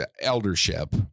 eldership